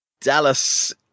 Dallas